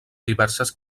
diverses